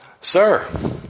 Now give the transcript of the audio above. sir